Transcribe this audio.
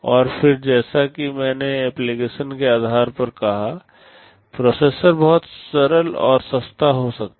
और फिर से जैसा कि मैंने एप्लीकेशन के आधार पर कहा प्रोसेसर बहुत सरल और सस्ता हो सकता है